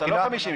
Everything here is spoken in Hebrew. אלה לא 50 אנשים.